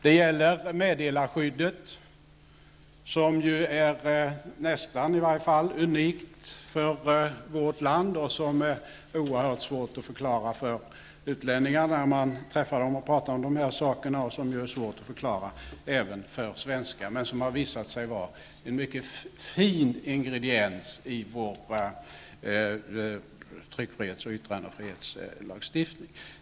Det gäller meddelarskyddet, som är nästan unikt för vårt land och oerhört svårt att förklara för utlänningar och även för svenskar, men som har visat sig vara en mycket fin indgrediens i vår tryckfrihets och yttrandefrihetslagstiftning.